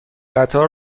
قطار